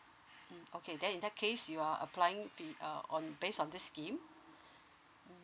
mm okay then in that case you are applying fee uh on based on this scheme